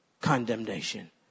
condemnation